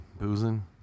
boozing